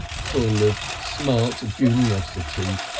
full of smart juniosity.